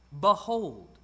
behold